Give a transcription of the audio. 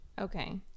Okay